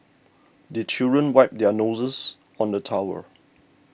the children wipe their noses on the towel